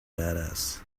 badass